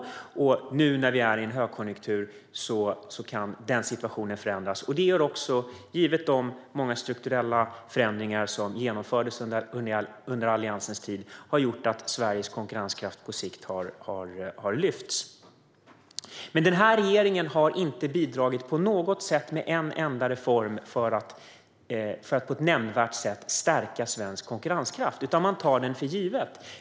Nu är vi i en högkonjunktur, och den situationen kan förändras, men givet de många strukturella förändringar som genomfördes under Alliansens tid har Sveriges konkurrenskraft lyfts på sikt. Den här regeringen har dock inte bidragit med en enda reform för att på något nämnvärt sätt stärka svensk konkurrenskraft, utan man tar den för given.